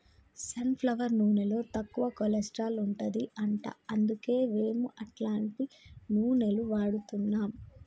sun flower నూనెలో తక్కువ cholesterol ఉంటది అంట అందుకే మేము అట్లాంటి నూనెలు వాడుతున్నాం